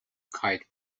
kite